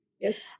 yes